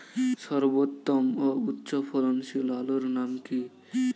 সর্বোত্তম ও উচ্চ ফলনশীল আলুর নাম কি?